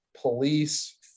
Police